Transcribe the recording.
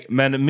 men